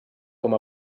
com